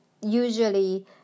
usually